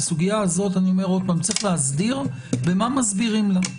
את הסוגיה הזאת צריך להסדיר במה מסבירים לה,